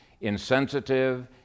insensitive